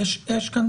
ברשותך,